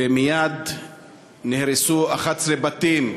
ומייד נהרסו 11 בתים.